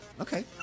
okay